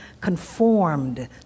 conformed